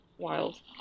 wild